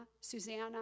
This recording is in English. Susanna